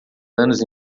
anos